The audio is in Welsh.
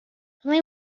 fyddai